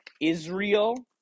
Israel